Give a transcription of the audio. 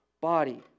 body